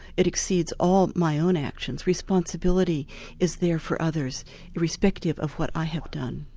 it exceeds all my own actions responsibility is there for others irrespective of what i have done.